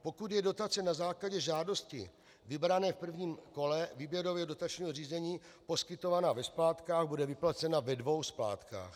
Pokud je dotace na základě žádosti vybrané v prvním kole výběrového dotačního řízení poskytována ve splátkách, bude vyplacena ve dvou splátkách.